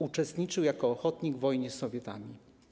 Uczestniczył jako ochotnik w wojnie z sowietami.